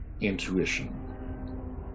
intuition